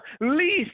least